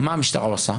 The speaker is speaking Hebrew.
מה המשטרה עושה?